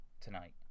tonight